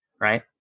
right